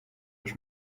już